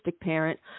parent